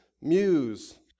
muse